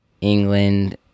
England